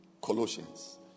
Colossians